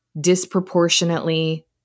disproportionately